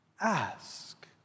ask